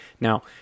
Now